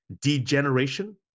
degeneration